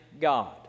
God